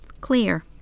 Clear